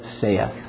saith